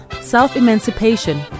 self-emancipation